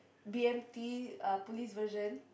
B_M_T uh police version